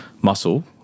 muscle